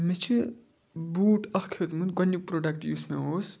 مےٚ چھُ بوٗٹھ اَکھ ہیوٚتمُت گۄڈنیُک پروڈَکٹ یُس مےٚ اوس